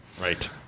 Right